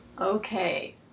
okay